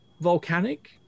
volcanic